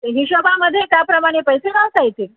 हिशोबामध्ये त्याप्रमाणे पैसे वाचायचे